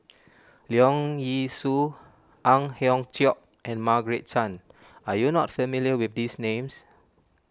Leong Yee Soo Ang Hiong Chiok and Margaret Chan are you not familiar with these names